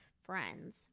friends